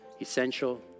essential